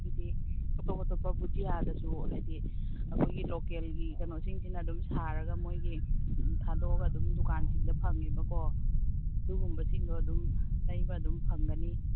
ꯑꯗꯒꯤꯗꯤ ꯑꯇꯣꯞ ꯑꯇꯣꯞꯄ ꯕꯨꯖꯤꯌꯥꯗꯁꯨ ꯍꯥꯏꯗꯤ ꯑꯩꯈꯣꯏꯒꯤ ꯂꯣꯀꯦꯜꯒꯤ ꯀꯩꯅꯣꯁꯤꯡꯁꯤꯅ ꯑꯗꯨꯝ ꯁꯥꯔꯒ ꯃꯣꯏꯒꯤ ꯊꯥꯗꯣꯛꯑꯒ ꯑꯗꯨꯝ ꯗꯨꯀꯥꯟꯁꯤꯡꯗ ꯐꯪꯉꯦꯕꯀꯣ ꯑꯗꯨꯒꯨꯝꯕꯁꯤꯡꯗꯣ ꯑꯗꯨꯝ ꯂꯩꯕ ꯑꯗꯨꯝ ꯐꯪꯒꯅꯤ